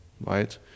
right